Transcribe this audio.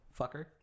Fucker